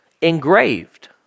engraved